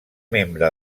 membre